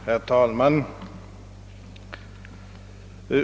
Herr talman!